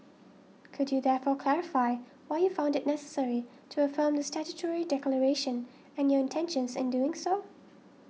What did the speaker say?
could you therefore clarify why you found it necessary to affirm the statutory declaration and your intentions in doing so